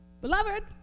Beloved